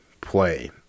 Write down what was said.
play